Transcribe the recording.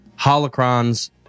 holocrons